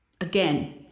Again